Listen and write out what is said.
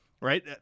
right